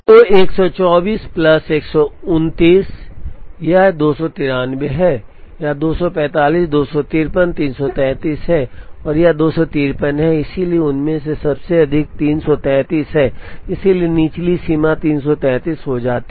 तो 124 प्लस 129 यह 293 है यह 245 253 333 है और यह 253 है इसलिए उनमें से सबसे अधिक 333 है इसलिए निचली सीमा 333 हो जाती है